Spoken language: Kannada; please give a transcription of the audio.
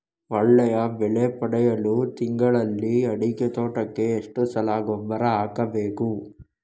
ಒಳ್ಳೆಯ ಬೆಲೆ ಪಡೆಯಲು ತಿಂಗಳಲ್ಲಿ ಅಡಿಕೆ ತೋಟಕ್ಕೆ ಎಷ್ಟು ಸಲ ಗೊಬ್ಬರ ಹಾಕಬೇಕು?